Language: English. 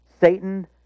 Satan